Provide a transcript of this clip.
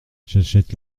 j’achète